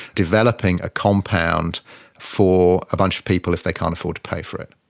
developing a compound for a bunch of people if they can't afford to pay for it.